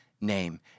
name